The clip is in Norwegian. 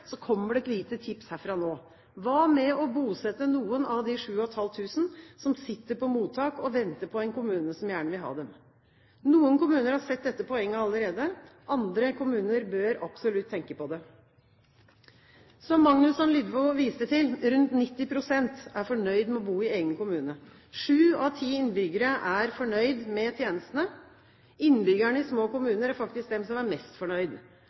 kommer det et lite tips herfra nå: Hva med å bosette noen av de 7 500 som sitter i mottak og venter på en kommune som gjerne vil ha dem? Noen kommuner har sett dette poenget allerede. Andre kommuner bør absolutt tenke på det. Som representanten Magnusson Lydvo viste til, er rundt 90 pst. fornøyde med den kommunen de bor i. Sju av ti innbyggere er fornøyde med tjenestene. Innbyggerne i små kommuner er faktisk de som er mest